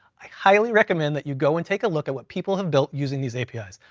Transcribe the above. i highly recommend that you go and take a look at what people have built using these apis.